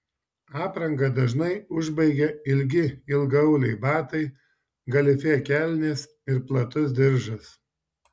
aprangą dažnai užbaigia ilgi ilgaauliai batai galifė kelnės ir platus diržas